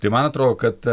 tai man atrodo kad